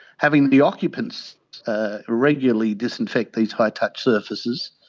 having the occupants regularly disinfect these high touch surfaces.